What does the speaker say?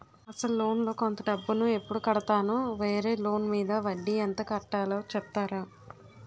అసలు లోన్ లో కొంత డబ్బు ను ఎప్పుడు కడతాను? వేరే లోన్ మీద వడ్డీ ఎంత కట్తలో చెప్తారా?